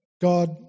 God